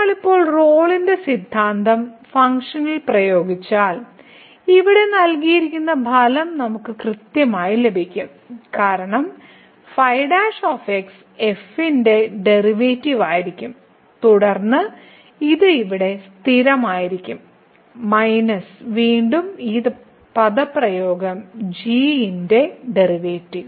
നമ്മൾ ഇപ്പോൾ റോളിന്റെ സിദ്ധാന്തം ഫംഗ്ഷനിൽ പ്രയോഗിച്ചാൽ ഇവിടെ നൽകിയിരിക്കുന്ന ഫലം നമുക്ക് കൃത്യമായി ലഭിക്കും കാരണം ϕ f ന്റെ ഡെറിവേറ്റീവ് ആയിരിക്കും തുടർന്ന് ഇത് ഇവിടെ സ്ഥിരമായിരിക്കും മൈനസ് വീണ്ടും ഈ പദപ്രയോഗവും g ന്റെ ഡെറിവേറ്റീവ്